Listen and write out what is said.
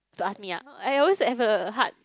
to ask me ah I always have a heart